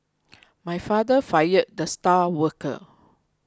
my father fired the star worker